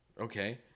Okay